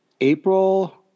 april